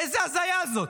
איזו הזיה זאת,